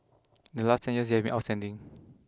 in the last ten years they've been outstanding